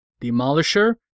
Demolisher